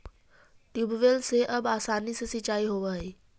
tubewell से अब आसानी से सिंचाई होवऽ हइ